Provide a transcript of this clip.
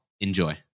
enjoy